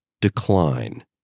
decline